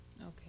Okay